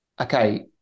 okay